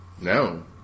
No